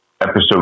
Episode